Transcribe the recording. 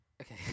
Okay